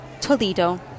Toledo